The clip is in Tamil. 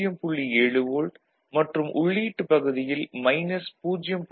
7 வோல்ட் மற்றும் உள்ளீட்டுப் பகுதியில் மைனஸ் 0